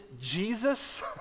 Jesus